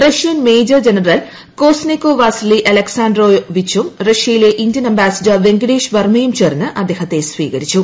Russian major general കൊസ്നെകോ Vasily അലക്സാണ്ട്രോ വിച്ചും റഷ്യിയിലെ ഇന്ത്യൻ അംബാസിഡർ വെങ്കിടേഷ് വർമ്മയും ചേർന്ന് അദ്ദേഹത്തെ സ്വീകരിച്ചു